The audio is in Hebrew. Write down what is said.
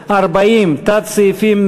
הסתייגות מס' 91 לא התקבלה.